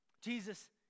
Jesus